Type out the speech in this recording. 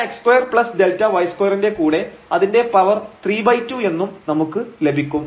Δx2Δy2 ന്റെ കൂടെ അതിന്റെ പവർ 32 എന്നും നമുക്ക് ലഭിക്കും